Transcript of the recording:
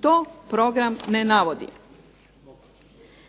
To program ne navodi.